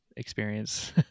experience